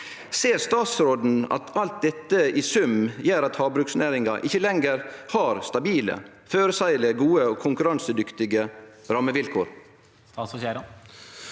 Ser statsråden at alt dette i sum gjer at havbruksnæringa ikkje lenger har stabile, føreseielege, gode og konkurransedyktige rammevilkår?